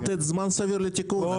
לתת זמן סביר לתיקון.